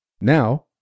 Now